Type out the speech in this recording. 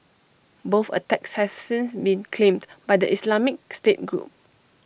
both attacks have since been claimed by the Islamic state group